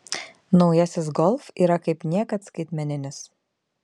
naujasis golf yra kaip niekad skaitmeninis